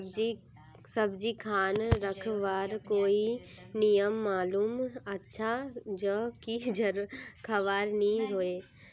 सब्जी खान रखवार कोई नियम मालूम अच्छा ज की खराब नि होय?